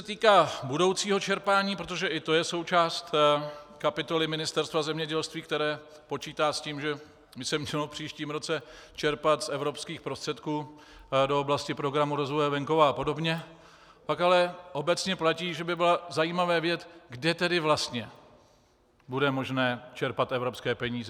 Co se týká budoucího čerpání, protože i to je součást kapitoly Ministerstva zemědělství, které počítá s tím, že by se mělo v příštím roce čerpat z evropských prostředků do oblasti Programu rozvoje venkova apod., tak ale obecně platí, že by bylo zajímavé vidět, kde tedy vlastně bude možné čerpat evropské peníze.